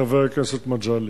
חבר הכנסת מגלי.